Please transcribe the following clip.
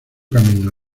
camino